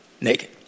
naked